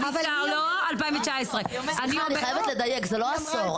לא, 2019. סליחה, אני חייבת לדייק, זה לא עשור.